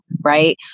right